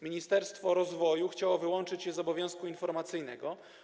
Ministerstwo Rozwoju chciało wyłączyć je z obowiązku informacyjnego.